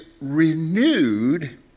renewed